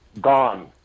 gone